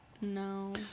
no